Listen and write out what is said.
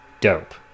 dope